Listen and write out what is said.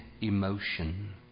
emotion